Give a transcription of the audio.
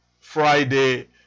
Friday